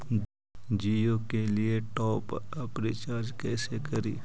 जियो के लिए top up recharge कैसे करी?